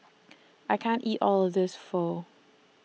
I can't eat All of This Pho